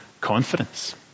confidence